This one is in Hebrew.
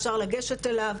אפשר לגשת אליו,